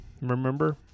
Remember